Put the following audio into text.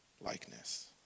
likeness